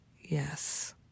yes